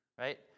right